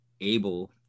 able